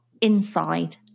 inside